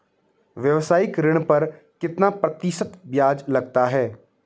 व्यावसायिक ऋण पर कितना प्रतिशत ब्याज लगता है?